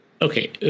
Okay